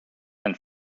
and